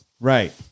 Right